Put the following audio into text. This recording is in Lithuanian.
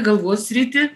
galvos sritį